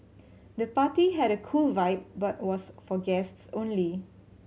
the party had a cool vibe but was for guests only